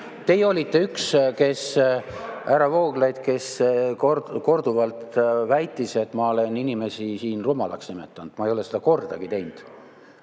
Teie olite üks, härra Vooglaid, kes korduvalt väitis, et ma olen inimesi siin rumalaks nimetanud. Ma ei ole seda kordagi teinud.